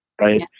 Right